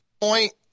point